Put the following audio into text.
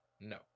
no